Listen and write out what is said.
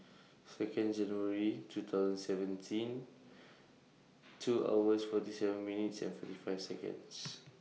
Second January two thousand seventeen two hours forty seven minutes and forty five Seconds